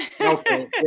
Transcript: Okay